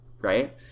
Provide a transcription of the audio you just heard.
right